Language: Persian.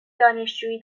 دانشجویی